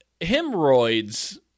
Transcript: Hemorrhoids